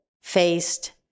faced